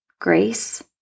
grace